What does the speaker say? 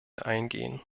eingehen